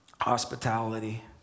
hospitality